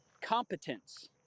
competence